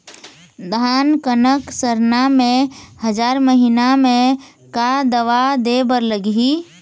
धान कनक सरना मे हजार महीना मे का दवा दे बर लगही?